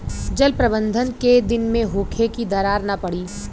जल प्रबंधन केय दिन में होखे कि दरार न पड़ी?